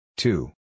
Two